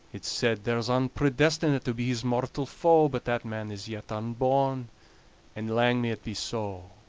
it's said there's ane predestinate to be his mortal foe but that man is yet unborn and lang may it be so.